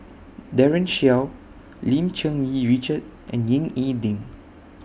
Daren Shiau Lim Cherng Yih Richard and Ying E Ding